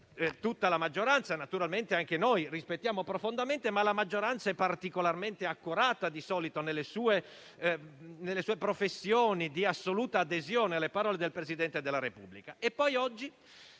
tutta la maggioranza e naturalmente anche noi rispettiamo profondamente, ma la maggioranza di solito è particolarmente accorata nel professare l'assoluta adesione alle parole del Presidente della Repubblica.